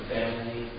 family